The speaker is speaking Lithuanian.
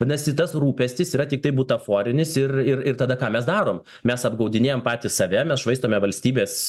vadinasi tas rūpestis yra tiktai butaforinis ir ir ir tada ką mes darom mes apgaudinėjam patys save mes švaistome valstybės